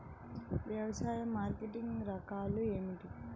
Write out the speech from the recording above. వ్యవసాయ మార్కెటింగ్ రకాలు ఏమిటి?